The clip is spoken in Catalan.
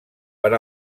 per